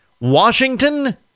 Washington